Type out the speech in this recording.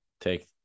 take